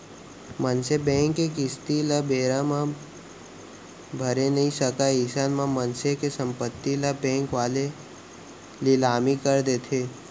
मनसे बेंक के किस्ती ल बेरा म भरे नइ सकय अइसन म मनसे के संपत्ति ल बेंक वाले लिलामी कर देथे